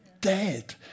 dead